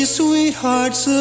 sweethearts